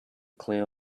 clear